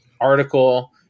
article